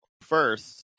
first